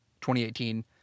2018